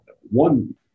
one